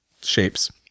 shapes